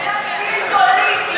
פוליטי,